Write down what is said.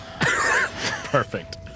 Perfect